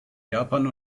japan